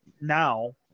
now